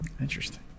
interesting